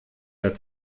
der